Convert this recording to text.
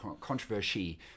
controversy